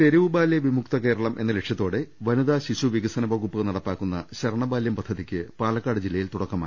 തെരുവ് ബാലൃ വിമുക്ത കേരളം എന്ന ലക്ഷ്യത്തോടെ വനിതാ ശിശു വികസന വകൂപ്പ് നടപ്പാക്കുന്ന ശരണബാലൃം പദ്ധതിക്ക് പാല ക്കാട് ജില്ലയിൽ തുടക്കമായി